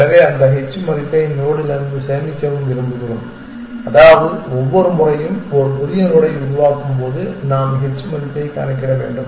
எனவே அந்த h மதிப்பை நோடிலிருந்து சேமிக்கவும் விரும்புகிறோம் அதாவது ஒவ்வொரு முறையும் ஒரு புதிய நோடை உருவாக்கும் போது நாம் h மதிப்பைக் கணக்கிட வேண்டும்